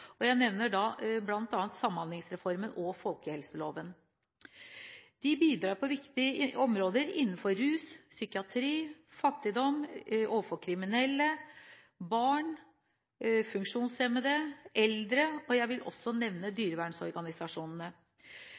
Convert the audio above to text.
nevner jeg bl.a. Samhandlingsreformen og folkehelseloven. De frivillige bidrar på viktige områder innenfor rus, psykiatri, fattigdom, overfor kriminelle, barn, funksjonshemmede, eldre, og jeg vil også nevne dyrevernsorganisasjonene.